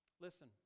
listen